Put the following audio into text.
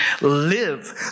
live